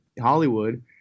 hollywood